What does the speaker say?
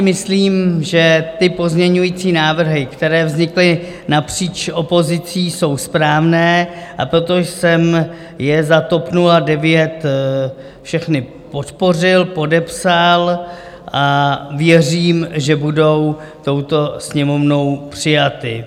Myslím si, že pozměňovací návrhy, které vznikly napříč opozicí, jsou správné, a proto jsem je za TOP 09 všechny podpořil, podepsal a věřím, že budou touto Sněmovnou přijaty.